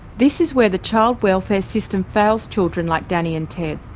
this is where the child welfare system fails children like danny and ted.